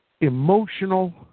emotional